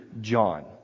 John